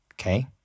okay